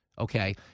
Okay